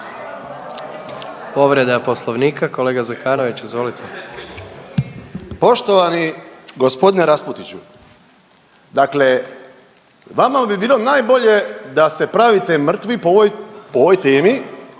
Poštovani g. Raspudiću. Dakle, vama bi bilo najbolje da se pravite mrtvi po ovoj temi